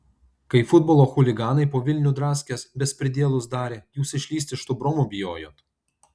kai futbolo chuliganai po vilnių draskės bespridielus darė jūs išlįst iš tų bromų bijojot